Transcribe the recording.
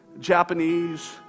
Japanese